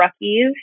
rookies